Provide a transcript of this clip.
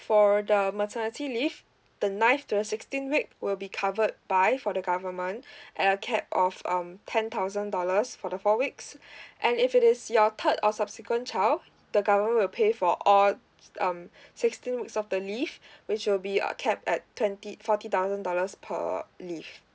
for the maternity leave the nine to the sixteen weeks will be covered by for the government at a cap of um ten thousand dollars for the four weeks and if it is your third or subsequent child the government will pay for all um sixteen weeks of the leave which will be a cap at twenty forty thousand dollars per leave